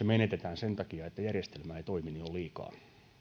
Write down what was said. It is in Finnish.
menetetään sen takia että järjestelmä ei toimi on liikaa